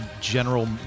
general